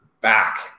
back